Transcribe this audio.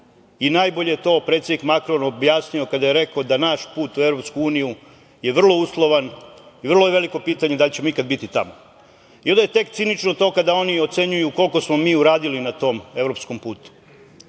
Najbolje to, predsednik Makron objasnio kada je rekao da naš put u EU je vrlo uslovan i vrlo je veliko pitanje da li ćemo ikada biti tamo. Onda je tek cinično kada oni ocenjuju koliko smo mi uradili na tom evropskom putu. Neću